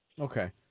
Okay